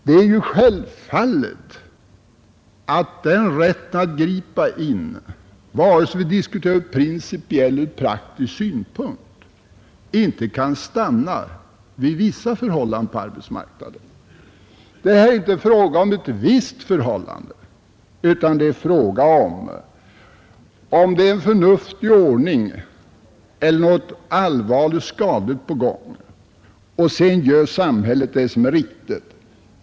Det är självfallet att den rätten att gripa in, vare sig vi diskuterar ur principiell eller praktisk synpunkt, inte kan stanna vid vissa förhållanden på arbetsmarknaden. Det är här inte fråga om ett visst förhållande, utan det är fråga om huruvida det är en förnuftig ordning eller om det är något allvarligt skadligt på gång — och sedan gör samhället det som är riktigt.